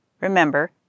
Remember